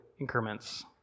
increments